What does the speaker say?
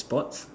sports